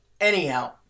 anyhow